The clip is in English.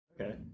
Okay